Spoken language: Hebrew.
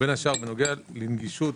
ובין השאר בנוגע לנגישות,